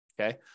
Okay